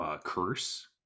curse